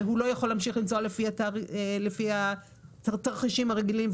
והוא לא יכול להמשיך לנסוע לפי התרחישים הרגילים.